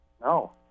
No